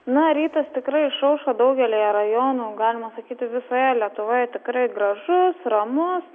na rytas tikrai išaušo daugelyje rajonų galima sakyti visoje lietuvoje tikrai gražus ramus